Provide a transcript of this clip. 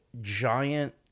giant